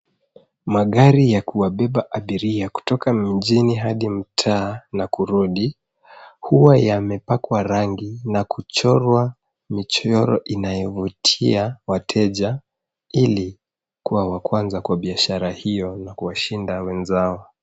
Magari ya kuwabeba abiria kutoka mijini hadi mtaa na kurudi huwa yamepakwa rangi na kuchorwa michoro inayovutia wateja ili kuwa wa kwanza kwa biashara hiyo na kuwashinda wenzao.